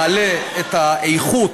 נעלה את האיכות,